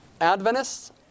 Adventists